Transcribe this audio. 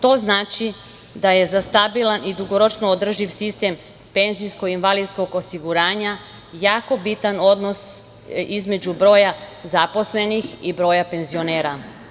To znači da je za stabilan i dugoročno održiv sistem PIO jako bitan odnos između broja zaposlenih i broja penzionera.